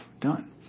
done